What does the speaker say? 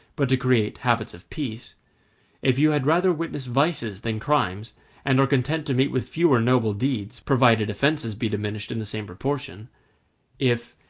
but to create habits of peace if you had rather witness vices than crimes and are content to meet with fewer noble deeds, provided offences be diminished in the same proportion if,